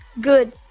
Good